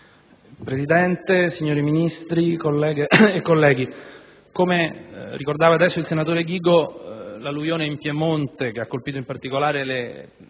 Presidente, signori Ministri, colleghe, colleghi, come ricordato ora dal senatore Ghigo, l'alluvione in Piemonte, che ha colpito in particolare le